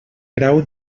grau